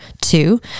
two